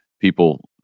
people